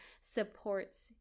supports